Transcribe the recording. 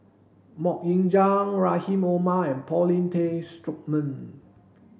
Mok Ying Jang Rahim Omar and Paulin Tay Straughan